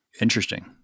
Interesting